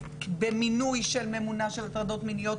במינוי של ממונה של הטרדות מיניות,